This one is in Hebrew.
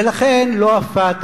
ולכן, לא ה"פתח"